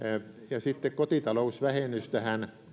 ja sitten kotitalousvähennyksestä